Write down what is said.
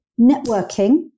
networking